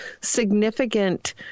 significant